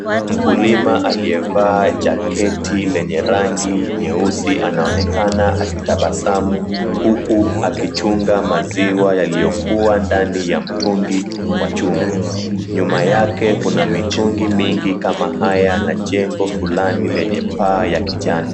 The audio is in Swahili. Mkulima aliyevaa jaketi lenye rangi nyeusi anaonekana akitabasamu huku akichunga maziwa yaliyokuwa ndani ya mtungi wa chuma. Nyuma yake kuna mitungi mingi kama haya na jengo fulani yenye paa ya kijana.